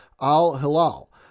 Al-Hilal